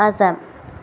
Assam